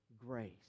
grace